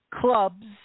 clubs